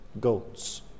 goats